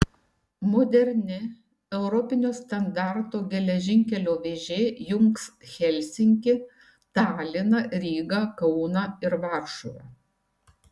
moderni europinio standarto geležinkelio vėžė jungs helsinkį taliną rygą kauną ir varšuvą